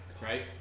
Right